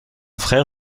frère